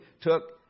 took